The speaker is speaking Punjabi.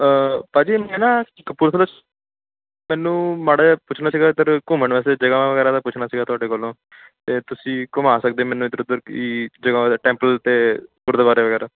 ਭਾਅ ਜੀ ਮੈਂ ਨਾ ਕਪੂਰਥਲਾ ਮੈਨੂੰ ਮਾੜਾ ਜਿਹਾ ਪੁੱਛਣਾ ਸੀਗਾ ਇੱਧਰ ਘੁੰਮਣ ਵਾਸਤੇ ਜਗ੍ਹਾ ਵਗੈਰਾ ਦਾ ਪੁੱਛਣਾ ਸੀਗਾ ਤੁਹਾਡੇ ਕੋਲੋਂ ਅਤੇ ਤੁਸੀਂ ਘੁੰਮਾ ਸਕਦੇ ਮੈਨੂੰ ਇੱਧਰ ਉੱਧਰ ਕਿ ਜਗ੍ਹਾ ਟੈਂਪਲ ਅਤੇ ਗੁਰਦੁਆਰੇ ਵਗੈਰਾ